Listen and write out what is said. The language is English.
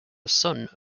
son